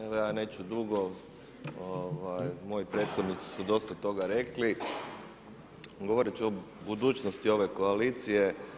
Evo ja neću dugo, moji prethodnici su dosta toga rekli, govorit ću o budućnosti ove koalicije.